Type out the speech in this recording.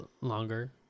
longer